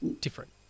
different